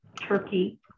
Turkey